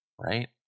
right